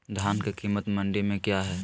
धान के कीमत मंडी में क्या है?